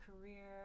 career